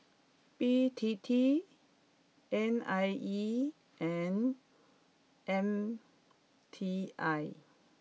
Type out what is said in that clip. B T T N I E and M T I